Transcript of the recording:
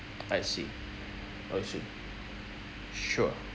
I see I see sure